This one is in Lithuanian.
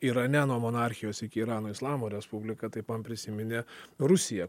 irane nuo monarchijos iki irano islamo respublika taip man prisiminė rusija